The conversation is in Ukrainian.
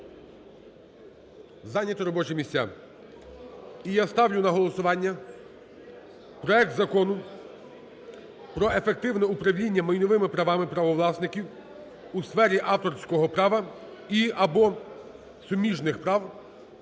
зайняти робочі місця. І я ставлю на голосування проект Закону про ефективне управління майновими правами правовласників у сфері авторського права і (або) суміжних прав